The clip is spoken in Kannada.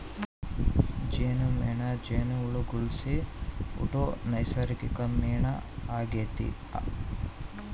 ಜೇನುಮೇಣ ಜೇನುಹುಳುಗುಳ್ಲಾಸಿ ಹುಟ್ಟೋ ನೈಸರ್ಗಿಕ ಮೇಣ ಆಗೆತೆ